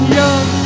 young